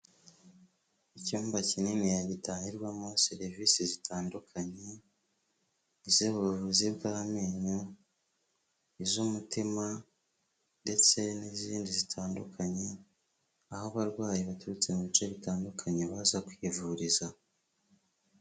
Icyumba kinini gitangirwamo serivisi zitandukanye iz'ubuvuzi bw'amenyo, iz'umutima ndetse n'izindi zitandukanye, aho abarwayi baturutse mu bice bitandukanye baza kwivuriza.